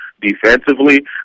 defensively